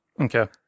Okay